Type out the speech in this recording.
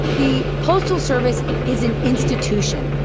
the postal service is an institution.